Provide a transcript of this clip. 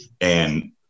And-